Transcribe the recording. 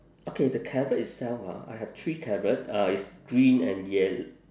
okay the carrot itself ah I have three carrot uh it's green and yell~